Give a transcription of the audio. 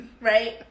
right